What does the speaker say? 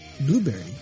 Blueberry